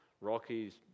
Rockies